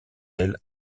elle